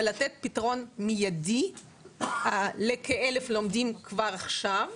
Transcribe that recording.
ולתת פתרון מידי לכ-1,000 לומדים כבר עכשיו.